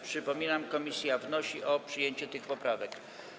Przypominam, że komisja wnosi o przyjęcie tych poprawek.